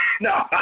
No